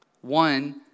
one